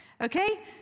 Okay